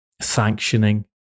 sanctioning